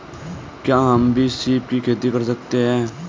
क्या हम भी सीप की खेती कर सकते हैं?